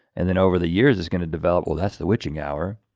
and then over the years is gonna develop. well, that's the witching hour.